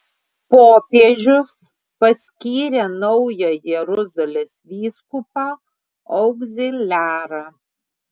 popiežius paskyrė naują jeruzalės vyskupą augziliarą